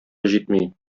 җитми